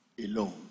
alone